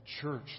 church